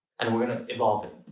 and we're gonna evolve it.